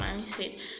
mindset